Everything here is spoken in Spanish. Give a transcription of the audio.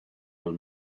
los